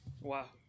wow